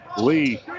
Lee